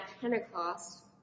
Pentecost